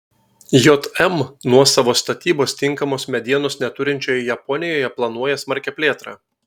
jm nuosavos statybos tinkamos medienos neturinčioje japonijoje planuoja smarkią plėtrą